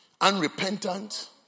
unrepentant